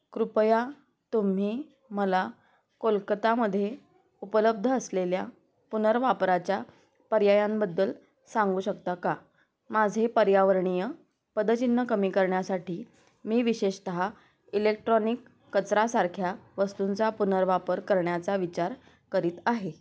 कृपया तुम्ही मला कोलकतामध्ये उपलब्ध असलेल्या पुनर्वापराच्या पर्यायांबद्दल सांगू शकता का माझे पर्यावरणीय पदचिन्न कमी करण्यासाठी मी विशेषतः इलेक्ट्रॉनिक कचरासारख्या वस्तूंचा पुनर्वापर करण्याचा विचार करीत आहे